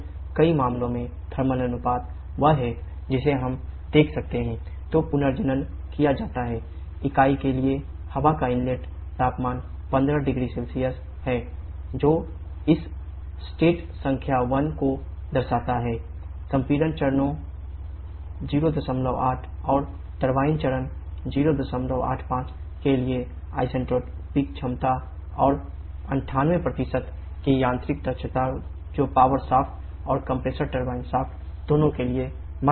मैंने जानबूझकर थर्मल दोनों के लिए माना जाता है